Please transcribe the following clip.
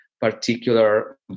particular